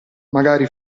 magari